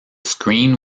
screen